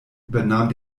übernahm